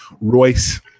Royce